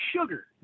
sugar